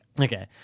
okay